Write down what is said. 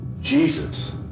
Jesus